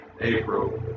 April